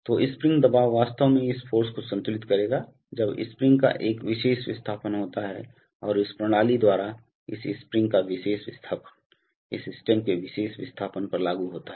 तो स्प्रिंग दबाव वास्तव में इस फ़ोर्स को संतुलित करेगा जब स्प्रिंग का एक विशेष विस्थापन होता है और इस प्रणाली द्वारा इस स्प्रिंग का विशेष विस्थापन इस स्टेम के विशेष विस्थापन पर लागू होता है